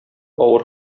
авыр